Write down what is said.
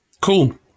cool